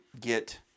get